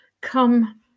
come